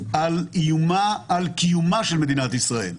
על איומה על קיומה של מדינת ישראל.